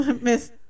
Miss